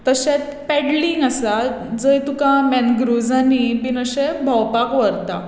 तशें पॅडलिंग आसा जंय तुका मॅनग्रुवसांनीं बीन अशें भोंवपाक व्हरता